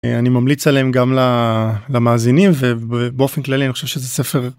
אה... אני ממליץ עליהם גם ל...למאזינים, וב-באופן כללי אני חושב שזה ספר,